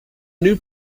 new